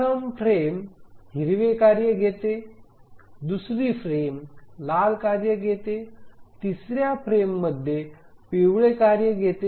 प्रथम फ्रेम हिरवे कार्य घेते दुसरी फ्रेम लाल कार्य घेते तिसऱ्या फ्रेममध्ये पिवळे कार्य घेते